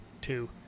two